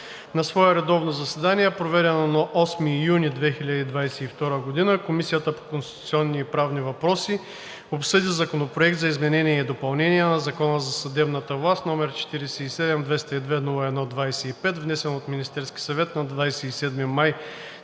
На свое редовно заседание, проведено на 8 юни 2022 г., Комисията по конституционни и правни въпроси обсъди Законопроект за изменение и допълнение на Закона за съдебната власт, № 47-202-01-25, внесен от Министерския съвет на 27 май 2022